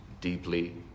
deeply